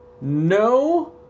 no